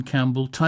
Campbell